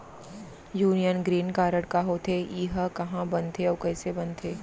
Union green card का होथे, एहा कहाँ बनथे अऊ कइसे बनथे?